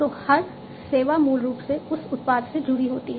तो हर सेवा मूल रूप से उस उत्पाद से जुड़ी होती है